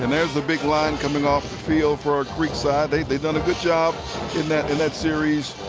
and there's the big line coming off the field for ah creekside. they've they've done a good job in that and that series.